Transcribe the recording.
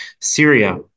Syria